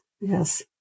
Yes